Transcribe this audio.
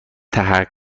تحقق